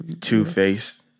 Two-Faced